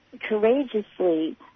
courageously